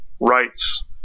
rights